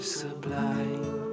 sublime